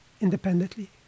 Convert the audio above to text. independently